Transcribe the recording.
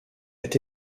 est